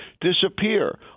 disappear